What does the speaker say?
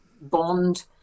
bond